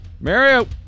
Mario